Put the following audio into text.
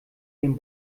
dem